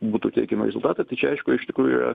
būtų teigiami rezultatai tai čia aišku iš tikrųjų